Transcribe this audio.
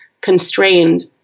constrained